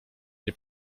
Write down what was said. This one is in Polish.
nie